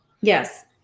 Yes